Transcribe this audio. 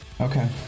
Okay